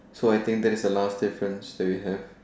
so I think that is the last difference that we have